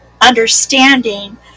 understanding